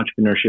entrepreneurship